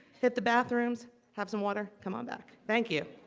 hit the bathrooms have some water. come on back. thank you